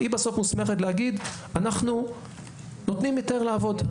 היא בסוף מוסמכת להגיד, אנחנו נותנים היתר לעבוד.